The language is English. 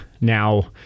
now